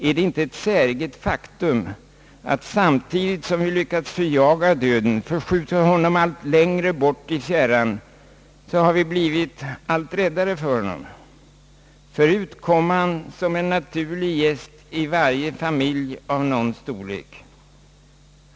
Är det inte ett säreget faktum, att samtidigt som vi lyckats förjaga döden, förskjuta honom allt längre bort i fjärran, så har vi blivit allt räddare för honom. Förr kom han som en naturlig gäst i varje familj av någon storlek.